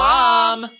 Mom